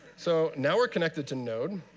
so now we're connected to node.